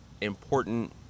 important